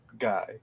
guy